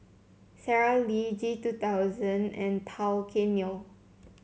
Sara Lee G two thousand and Tao Kae Noi